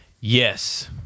Yes